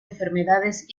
enfermedades